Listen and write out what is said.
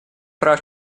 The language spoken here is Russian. прав